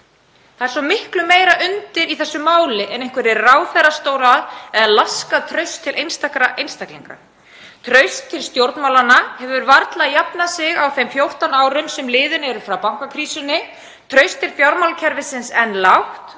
Það er svo miklu meira undir í þessu máli en einhverjir ráðherrastólar eða laskað traust til einstakra einstaklinga. Traust til stjórnmálanna hefur varla jafnað sig á þeim 14 árum sem liðin eru frá bankakrísunni, traust til fjármálakerfisins er enn lágt.